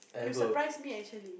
you surprise me actually